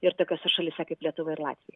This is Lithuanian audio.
ir tokiose šalyse kaip lietuva ir latvi